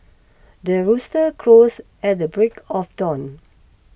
the rooster crows at the break of dawn